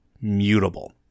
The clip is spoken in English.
mutable